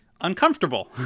uncomfortable